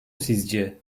sizce